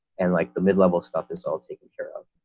and like the mid level stuff is all taken care of